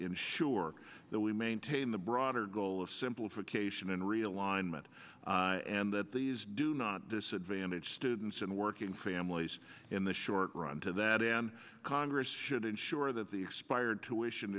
sure that we maintain the broader goal of simplification and realignment and that these do not disadvantaged students and working families in the short run to that and congress should ensure that the expired tuition